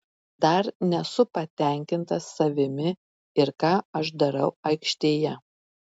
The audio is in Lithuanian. dar nesu patenkintas savimi ir ką aš darau aikštėje